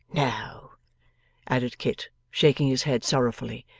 no added kit, shaking his head sorrowfully,